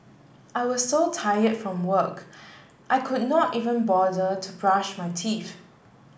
I was so tired from work I could not even bother to brush my teeth